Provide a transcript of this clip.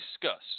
discuss